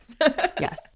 Yes